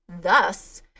Thus